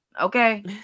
okay